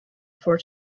for